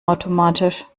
automatisch